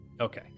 okay